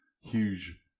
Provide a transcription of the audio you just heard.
huge